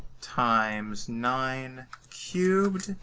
times nine cubed.